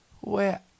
Where